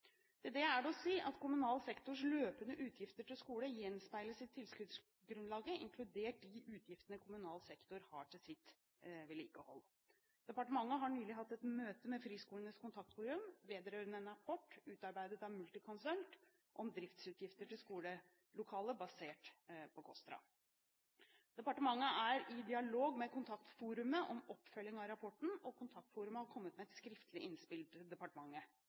det er det å si at kommunal sektors løpende utgifter til skole gjenspeiles i tilskuddsgrunnlaget, inkludert de utgiftene kommunal sektor har til sitt vedlikehold. Departementet har nylig hatt et møte med Friskolenes kontaktforum vedrørende en rapport utarbeidet av Multiconsult om driftsutgifter til skolelokaler basert på KOSTRA. Departementet er i dialog med kontaktforumet om oppfølging av rapporten, og kontaktforumet har kommet med et skriftlig innspill til departementet.